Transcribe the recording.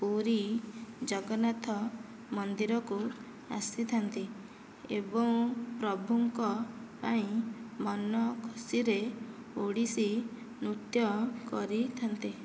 ପୁରୀ ଜଗନ୍ନାଥ ମନ୍ଦିରକୁ ଆସିଥାନ୍ତି ଏବଂ ପ୍ରଭୁଙ୍କ ପାଇଁ ମନ ଖୁସିରେ ଓଡ଼ିଶୀ ନୃତ୍ୟ କରିଥାନ୍ତି